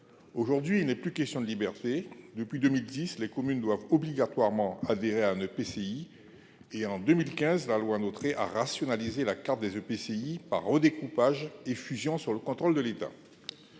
Aujourd'hui, il n'est plus question de liberté. Depuis 2010, les communes doivent obligatoirement adhérer à un EPCI et, en 2015, la loi NOTRe a rationalisé la carte des EPCI par redécoupages et fusions sous le contrôle de l'État.